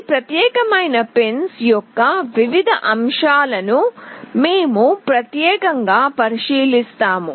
ఈ ప్రత్యేకమైన పిన్స్ యొక్క వివిధ అంశాలను మేము ప్రత్యేకంగా పరిశీలిస్తాము